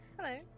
Hello